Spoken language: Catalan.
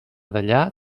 dellà